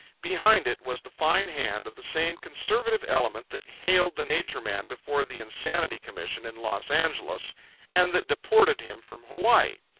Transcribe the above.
behind it was the fine hand of the same conservative element that haled the nature man before the insanity commission in los angeles and that deported him from hawaii.